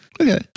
Okay